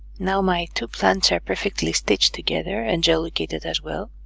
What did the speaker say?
now my two plans are perfectly stitched together and geolocated as well